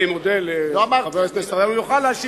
אני מודה לחבר הכנסת, אבל הוא יוכל להשיב.